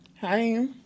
Hi